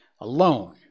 alone